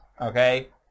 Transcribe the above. okay